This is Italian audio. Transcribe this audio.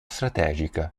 strategica